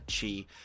Chi